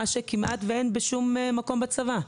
מה שכמעט ואין בשום מקום בצבא.